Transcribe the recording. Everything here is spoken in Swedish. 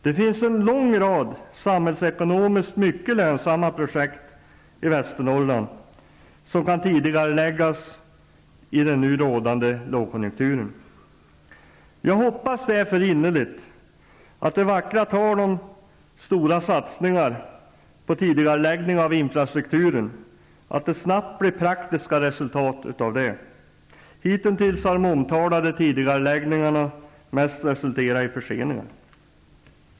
Det finns en lång rad samhällsekonomiskt mycket lönsamma projekt i Västernorrland som kan tidigareläggas i den nu rådande lågkonjunkturen. Jag hoppas därför innerligt att det snabbt blir praktiska resultat av regeringens vackra tal om stora satsningar på tidigareläggning av infrastrukturinvesteringar. Hitintills har de omtalade tidigareläggningarna mest resulterat i förseningar.